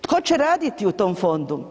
Tko će raditi u tom fondu?